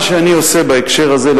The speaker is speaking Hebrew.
מה שאני עושה בהקשר הזה,